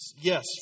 Yes